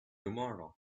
tomorrow